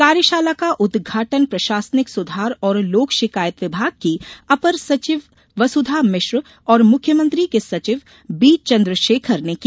कार्यशाला का उद्घाटन प्रशासनिक सुधार और लोक शिकायत विभाग की अपर सचिव वसुधा मिश्र और मुख्यमंत्री के सचिव बी चन्द्रशेखर ने किया